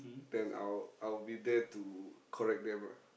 then I'll I'll be there to correct them lah